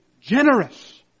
generous